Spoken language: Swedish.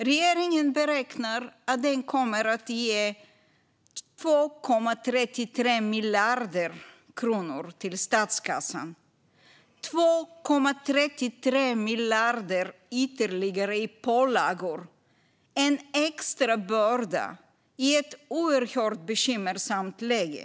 Regeringen beräknar att den kommer att ge 2,33 miljarder kronor till statskassan. 2,33 miljarder ytterligare i pålagor blir en extra börda i ett oerhört bekymmersamt läge.